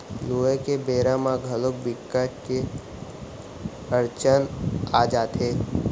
लूए के बेरा म घलोक बिकट के अड़चन आ जाथे